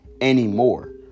anymore